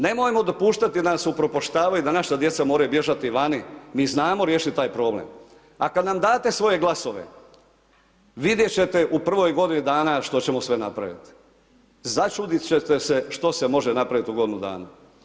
Nemojmo dopuštati da nas upropaštavaju da naša djeca moraju bježati vani, mi znamo riješiti taj problem, a kad nam date svoje glasove vidjet ćete u prvoj godini dana što ćemo sve napravit, začudit ćete se što se može napravit u godinu dana.